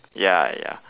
ya ya